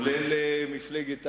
בכלל זה מפלגת העבודה,